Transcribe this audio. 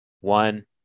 One